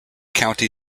county